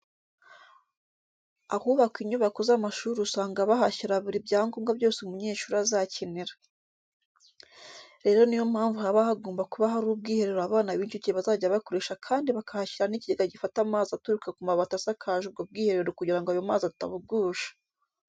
Ahubakwa inyubako z'amashuri usanga bahashyira buri byangombwa byose umunyeshuri azakenera. Rero ni yo mpamvu haba hagomba kuba hari ubwiherero abana b'incuke bazajya bakoresha kandi bakahashyira n'ikigega gifata amazi aturuka ku mabati asakaje ubwo bwiherero kugira ngo ayo mazi atabugusha.